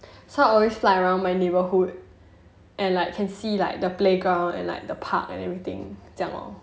so I always fly around my neighborhood and I can see like the playground and like the park and everything 这样 lor